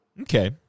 okay